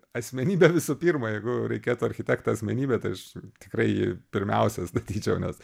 asmenybė visų pirma jeigu reikėtų architekto asmenybė tai aš tikrai jį pirmiausia statyčiau nes